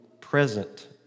present